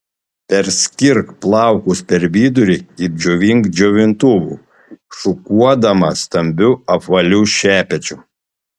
perskirk plaukus per vidurį ir džiovink džiovintuvu šukuodama stambiu apvaliu šepečiu